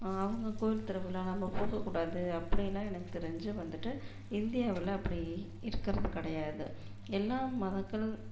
அவங்க கோயில் திருவிழா நம்ம போக கூடாது அப்படிலாம் எனக்கு தெரிஞ்சு வந்துவிட்டு இந்தியாவில் அப்படி இருக்கிறது கிடையாது எல்லா மதங்கள்